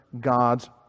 God's